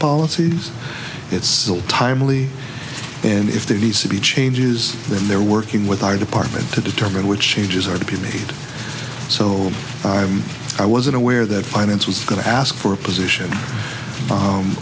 policies it's timely and if there needs to be changes then they're working with our department to determine which changes are to be made so i wasn't aware that finance was going to ask for a position